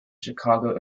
chicago